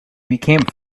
became